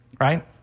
right